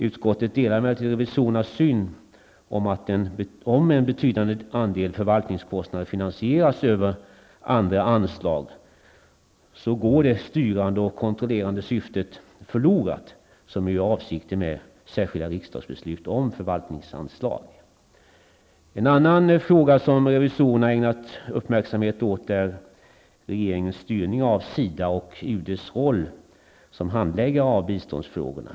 Utskottet delar emellertid revisorernas syn att om en betydande andel finansieras över andra anslag, går det styrande och kontrollerande syftet förlorat. Det är ju avsikten med särskilda riksdagsbeslut om förvaltningsanslag. En annan fråga som revisorerna ägnat uppmärksamhet åt är regeringens styrning av SIDA och UDs roll som handläggare av biståndsfrågorna.